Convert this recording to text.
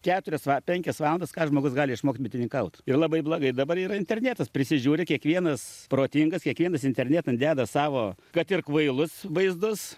keturias va penkias valandas ką žmogus gali išmokt bitininkaut ir labai blogai dabar yra internetas prisižiūri kiekvienas protingas kiekvienas internetan deda savo kad ir kvailus vaizdus